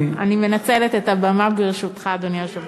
אני מנצלת את הבמה, ברשותך, אדוני היושב-ראש.